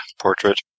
portrait